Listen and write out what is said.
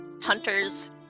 hunters